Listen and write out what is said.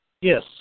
yes